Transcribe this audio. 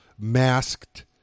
masked